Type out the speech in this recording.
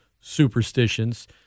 superstitions